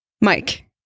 mike